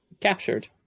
captured